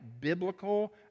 biblical